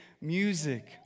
music